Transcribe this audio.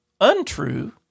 untrue